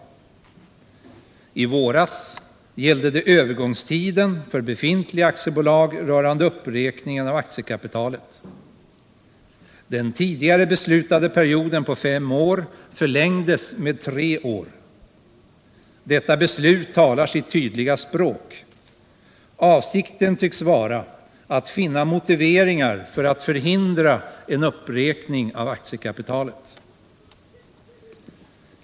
I våras gällde det övergångstiden för befintliga aktiebolag rörande uppräkningen av aktiekapitalet. Den tidigare beslutade perioden på fem år förlängdes med tre år. Detta beslut talar sitt tydliga språk. Avsikten tycks vara att finna motiveringar för att förhindra en uppräkning av aktiekapitalet.